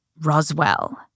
Roswell